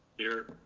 here.